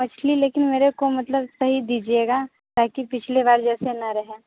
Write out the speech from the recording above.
मछली लेकिन मेरे को मतलब सही दीजिएगा ताकि पिछले बार जैसा ना रहे